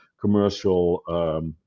commercial